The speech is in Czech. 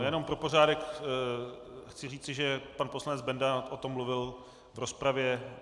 Jenom pro pořádek chci říci, že pan poslanec Benda o tom mluvil v rozpravě.